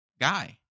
guy